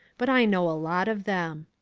but i know a lot of them.